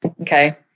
Okay